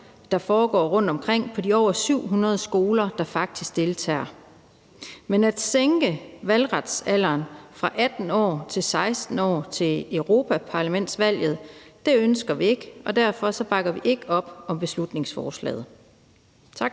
der foregår rundt omkring på de over 700 skoler, der faktisk deltager. Men at sænke valgretsalderen fra 18 år til 16 år til Europaparlamentsvalget ønsker vi ikke, og derfor bakker vi ikke op om beslutningsforslaget. Tak.